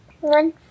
One